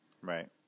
Right